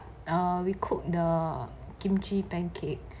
err we cook the kimchi pancake